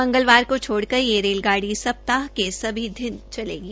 मंगलवार को छोड़कर यह रेलगाड़ी सप्ताह के सभी दिन चलेगी